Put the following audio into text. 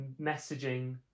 messaging